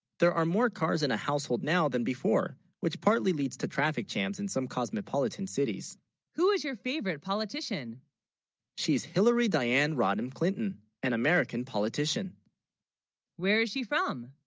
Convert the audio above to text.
there are more cars in a household now than before, which partly leads to traffic. jams in some cosmopolitan cities who is your favorite politician she's hillary, diane rodham clinton an american politician where is she from